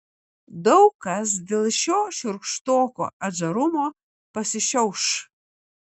daug kas dėl šio šiurkštoko atžarumo pasišiauš